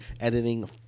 editing